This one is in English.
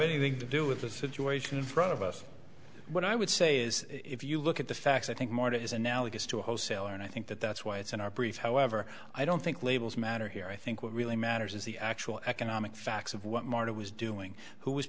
anything to do with the situation in front of us what i would say is if you look at the facts i think martha is analogous to a wholesaler and i think that that's why it's in our brief however i don't think labels matter here i think what really matters is the actual economic facts of what martha was doing who